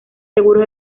seguros